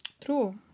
true